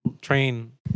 train